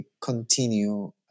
continue